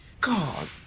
God